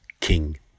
king